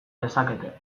dezakete